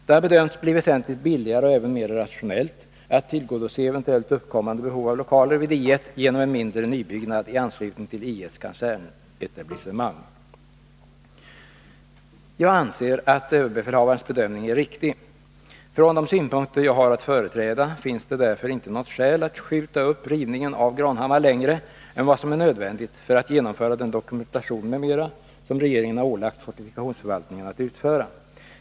Det har bedömts bli väsentligt billigare och även vara mer rationellt att tillgodose eventuellt uppkommande behov av lokaler vid I 1 genom en mindre nybyggnad i anslutning till I 1:s kasernetablissement. Jag anser att överbefälhavarens bedömning är riktig. Från de synpunkter jag har att företräda finns det därför inte något skäl att skjuta upp rivningen av Granhammar längre än vad som är nödvändigt för att genomföra den dokumentation m.m. som regeringen har ålagt fortifikationsförvaltningen att utföra.